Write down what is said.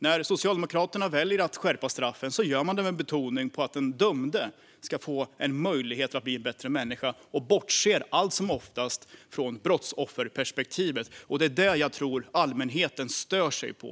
När Socialdemokraterna väljer att skärpa straffen gör de det med betoning på att den dömde ska få en möjlighet att bli en bättre människa och bortser allt som oftast från brottsofferperspektivet. Det är det som jag tror att allmänheten stör sig på.